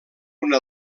una